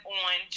on